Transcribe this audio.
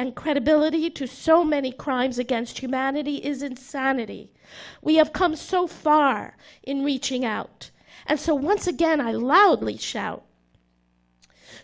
and credibility to so many crimes against humanity is insanity we have come so far in reaching out and so once again i loudly shout